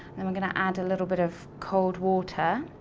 and we're going to add a little bit of cold water.